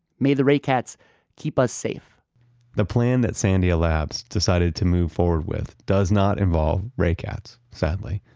may the ray cats keep us safe the plan that sandia labs decided to move forward with does not involve ray cats, sadly,